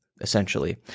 essentially